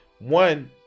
One